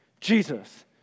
Jesus